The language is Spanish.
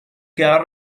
queda